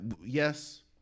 Yes